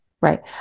Right